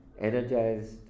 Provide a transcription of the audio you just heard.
energized